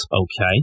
okay